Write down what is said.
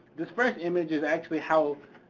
this first image is actually how,